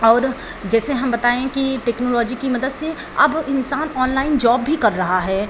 और जैसे हम बताएँ कि टेक्नोलॉजी की मदद से अब इन्सान ऑनलाइन जॉब भी कर रहा है